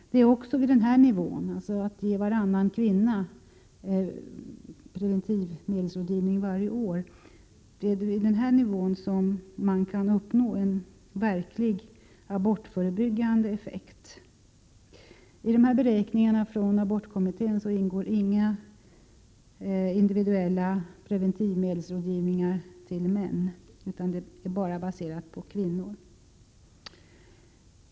Det är också vid denna nivå, dvs. att ge varannan kvinna preventivmedelsrådgivning, som en verklig abortförebyggande effekt kan uppnås. I dessa beräkningar från abortkommittén ingår ingen individuell preventivmedelsrådgivning till män, utan beräkningen är baserad på enbart kvinnor.